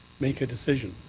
make a decision.